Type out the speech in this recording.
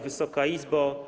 Wysoka Izbo!